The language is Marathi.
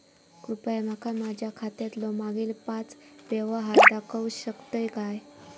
कृपया माका माझ्या खात्यातलो मागील पाच यव्हहार दाखवु शकतय काय?